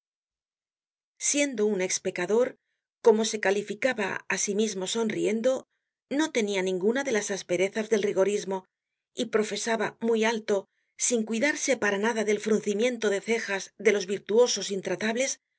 siendo un expecador como se calificaba á sí mismo sonriendo no tenia ninguna de las asperezas del rigorismo y profesaba muy alto sin cuidarse para nada del fruncimiento de cejas de los virtuosos intratables